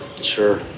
Sure